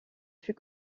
fut